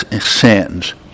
sins